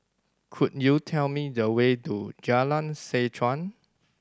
could you tell me the way to Jalan Seh Chuan